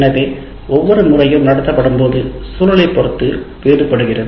எனவே ஒவ்வொரு முறையும் நடத்தப்படும்போது சூழலைப் பொறுத்து வேறுபடுகிறது